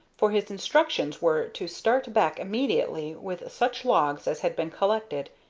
for his instructions were to start back immediately with such logs as had been collected.